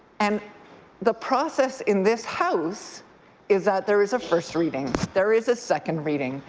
and the process in this house is that there is a first reading, there is a second reading,